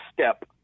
step